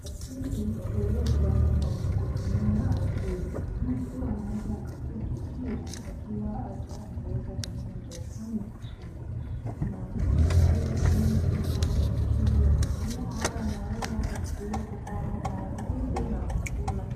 Utajiri huletwa na kutumia akili. Mtu anaweza akakuwa tajiri akiwa hata hajaweza kukanyanga darasani na kusoma. Na stahili tu mtu awe na akili ya kutumia awe anaweza hata kufikiria kupanda mandizi na kuvuna.